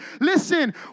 listen